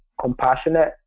compassionate